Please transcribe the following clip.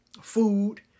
Food